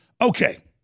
Okay